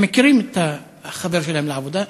הם מכירים את החבר שלהם לעבודה,